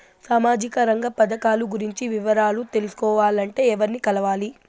సామాజిక రంగ పథకాలు గురించి వివరాలు తెలుసుకోవాలంటే ఎవర్ని కలవాలి?